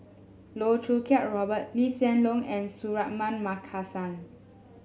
Loh Choo Kiat Robert Lee Hsien Loong and Suratman Markasan